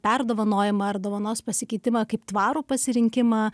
perdovanojimą ar dovanos pasikeitimą kaip tvarų pasirinkimą